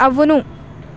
అవును